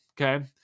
okay